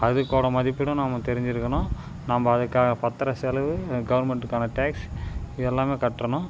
அதுக்கோட மதிப்பீடும் நம்ம தெரிஞ்சுருக்கணும் நம்ம அதுக்கான பத்திர செலவு கவர்மெண்ட்டுக்கான டேக்ஸ் இதெல்லாமே கட்டணும்